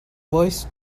voice